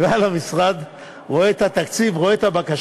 אני בא למשרד, רואה את התקציב, רואה את הבקשות,